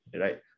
right